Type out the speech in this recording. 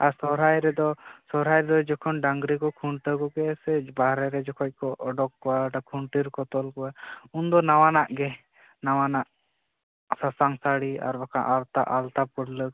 ᱟᱨ ᱥᱚᱦᱚᱨᱟᱭ ᱨᱮᱫᱚ ᱡᱚᱠᱷᱚᱱ ᱰᱟᱝᱨᱤ ᱠᱚ ᱠᱷᱩᱱᱴᱟᱹᱣ ᱠᱚᱜᱮᱭᱟ ᱥᱮ ᱵᱟᱦᱚᱨᱮ ᱨᱮ ᱡᱚᱠᱷᱚᱡ ᱠᱚ ᱚᱰᱚᱠ ᱠᱚᱣᱟ ᱠᱷᱩᱱᱴᱤ ᱨᱮᱠᱚ ᱛᱚᱞ ᱠᱚᱣᱟ ᱩᱱᱫᱚ ᱱᱟᱣᱟᱱᱟᱜ ᱜᱮ ᱱᱟᱣᱟ ᱱᱟᱜ ᱥᱟᱥᱟᱝ ᱥᱟᱥᱟᱝ ᱥᱟᱹᱲᱤ ᱟᱨ ᱵᱟᱝᱠᱷᱟᱱ ᱟᱞᱛᱟ ᱯᱟᱹᱲᱞᱟᱹᱠ